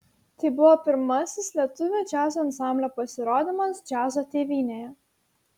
tai buvo pirmasis lietuvių džiazo ansamblio pasirodymas džiazo tėvynėje